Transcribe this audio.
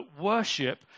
worship